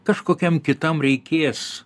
kažkokiam kitam reikės